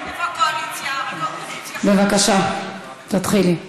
בבקשה, תתחילי.